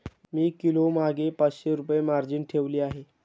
मी किलोमागे पाचशे रुपये मार्जिन ठेवली आहे